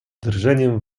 drżeniem